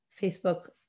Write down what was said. Facebook